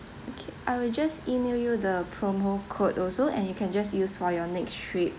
okay I will just email you the promo code also and you can just use for your next trip